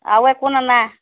আৰু একো অনা নাই